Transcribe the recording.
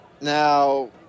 Now